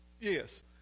Yes